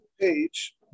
Page